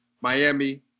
Miami